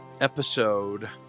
episode